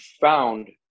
found